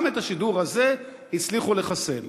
גם את השידור הזה הצליחו לחסל.